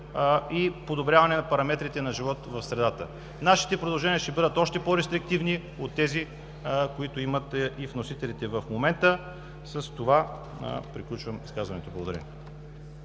и подобряване на параметрите на живот в средата. Нашите предложения ще бъдат още по-рестриктивни от тези, които имат вносителите в момента. С това приключвам изказването. Благодаря.